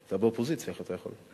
אתה באופוזיציה, איך אתה יכול?